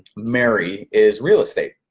marry is real estate,